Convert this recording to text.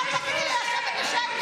מכבדים את עליזה שהיא לא מתערבת בח"כים,